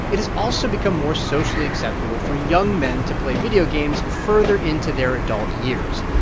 it has also become more socially acceptable for young men to play video games further into their adult years.